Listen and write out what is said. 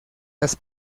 las